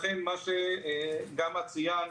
לכן גם מה שאת ציינת,